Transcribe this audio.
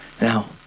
Now